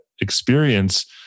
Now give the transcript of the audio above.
experience